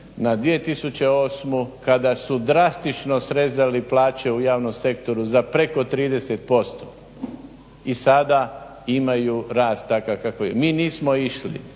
na 2008. kada su drastično srezali u javnom sektoru za preko 30% i sada imaju rast takav je. Mi nismo išli